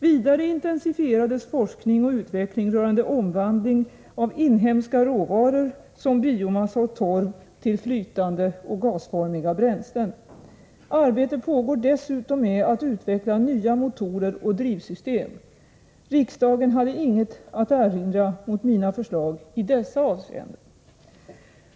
Vidare intensifierades forskning och utveckling rörande omvandling av inhemska råvaror som biomassa och torv till flytande eller gasformiga bränslen. Arbete pågår dessutom med att utveckla nya motorer och drivsystem. Riksdagen hade inget att erinra mot mina förslag i dessa avseenden.